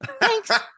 Thanks